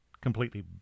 completely